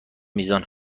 میزان